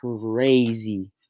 crazy